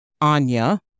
Anya